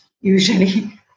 usually